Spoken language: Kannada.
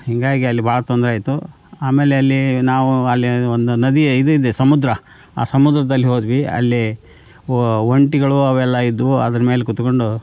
ಹೀಗಾಗಿ ಅಲ್ಲಿ ಭಾಳ ತೊಂದರೆ ಆಯಿತು ಆಮೇಲೆ ಅಲ್ಲಿ ನಾವು ಅಲ್ಲಿ ಒಂದು ನದಿ ಇದಿದೆ ಸಮುದ್ರ ಆ ಸಮುದ್ರದಲ್ಲಿ ಹೋದ್ವಿ ಅಲ್ಲಿ ಒಂಟೆಗಳು ಅವೆಲ್ಲ ಇದ್ದವು ಅದರ ಮೇಲೆ ಕೂತ್ಕೊಂಡು